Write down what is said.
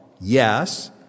Yes